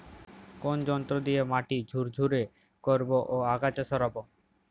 কোন যন্ত্র দিয়ে মাটি ঝুরঝুরে করব ও আগাছা সরাবো?